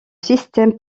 système